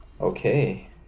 okay